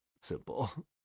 simple